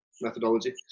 methodology